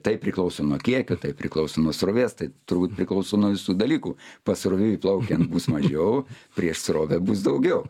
tai priklauso nuo kiekio tai priklauso nuo srovės tai turbūt priklauso nuo visų dalykų pasroviui plaukiant bus mažiau prieš srovę bus daugiau